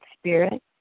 spirit